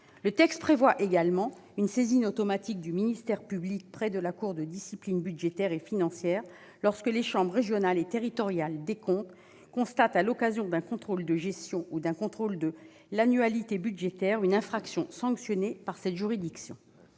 Le texte prévoit également une saisine automatique du ministère public près la Cour de discipline budgétaire et financière lorsque les chambres régionales et territoriales des comptes constatent, à l'occasion d'un contrôle de gestion ou d'un contrôle de l'annualité budgétaire, une infraction sanctionnée par cette juridiction.